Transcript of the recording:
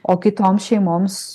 o kitoms šeimoms